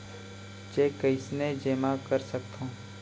Cheque कईसने जेमा कर सकथो?